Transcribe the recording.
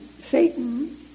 Satan